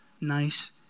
nice